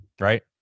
right